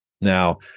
Now